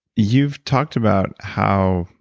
you've talked about how